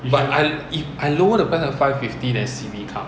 but I if I lower the price until five fifty then C_B come